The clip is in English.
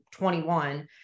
21